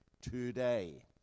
today